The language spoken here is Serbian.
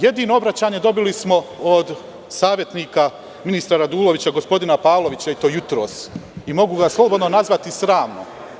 Jedino obraćanje dobili smo od savetnika ministra Radulovića, gospodina Pavlovića, i to jutros, i mogu ga slobodno nazvati sramno.